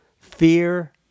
fear